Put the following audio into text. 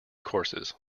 courses